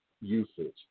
usage